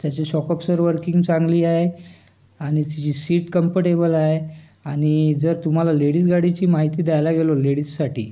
त्याचे shock absorber working चांगली आहे आणि त्याची सीट कंफर्टेबल आहे आणि जर तुम्हाला लेडीज गाडीची माहिती द्यायला गेलो लेडीजसाठी